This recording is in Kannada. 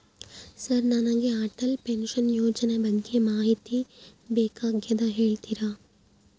ಸರ್ ನನಗೆ ಅಟಲ್ ಪೆನ್ಶನ್ ಯೋಜನೆ ಬಗ್ಗೆ ಮಾಹಿತಿ ಬೇಕಾಗ್ಯದ ಹೇಳ್ತೇರಾ?